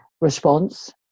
response